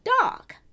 dog